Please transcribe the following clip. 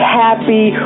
happy